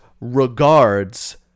regards